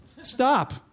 Stop